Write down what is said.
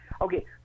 okay